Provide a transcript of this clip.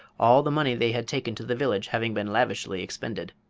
all the money they had taken to the village having been lavishly expended.